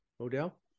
Odell